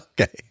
Okay